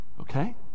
okay